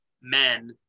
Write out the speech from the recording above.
men